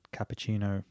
Cappuccino